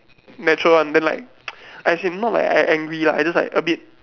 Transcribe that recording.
natural one then like as in not like I I angry lah I just like a bit